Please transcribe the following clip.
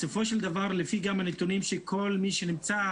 בסופו של דבר לפי גם הנתונים של כל מי שנמצא,